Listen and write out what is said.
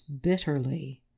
bitterly